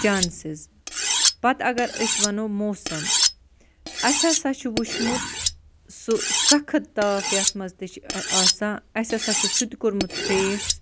chances پَتہٕ اگر أسۍ وَنو موسَم اَسہِ ہسا چھُ وٕچھمُت سُہ سخت تاف یَتھ منٛز تہِ چھِ آسان اَسہِ ہسا چھِ سُہ تہِ کوٚرمُت فیس